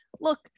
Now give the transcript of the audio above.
look